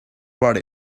brought